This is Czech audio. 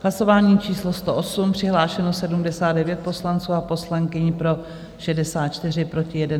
Hlasování číslo 108, přihlášeno 79 poslanců a poslankyň, pro 64, proti 1.